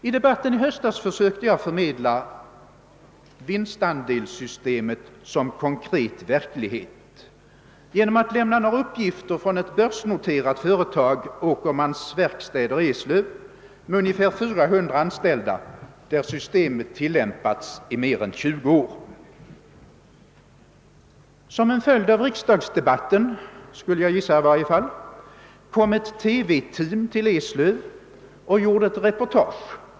I debatten i höstas försökte jag förmedla vinstandelssystemet som konkret verklighet genom att lämna några uppgifter från ett börsnoterat företag, Åkermans Verkstad AB i Eslöv, med ungefär 400 anställda, där systemet tillämpats i mer än 20 år. Som en följd av riksdagsdebatten — skulle jag i varje fall gissa — kom ett TV-team till Eslöv och gjorde ett reportage.